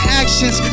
actions